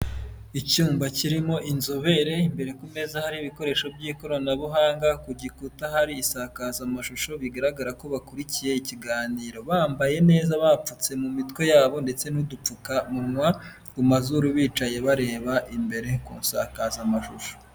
Icyumba kirimo inzobere, imbere ku meza harimo ibikoresho by'ikoranabuhanga, ku gikuta hari isakazamashusho bigaragara ko bakurikiye ikiganiro, bambaye neza bapfutse mu mitwe yabo ndetse n'udupfukamunwa ku mazuru, bicaye bareba imbere ku nsakazamashusho.